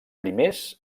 primers